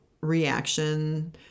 reaction